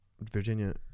Virginia